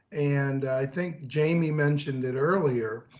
and i think jamie mentioned it earlier.